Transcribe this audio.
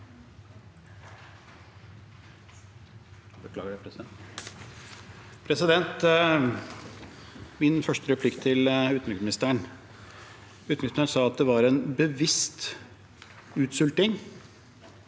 Min første replikk til utenriksministeren: Utenriksministeren sa at det var en bevisst utsulting,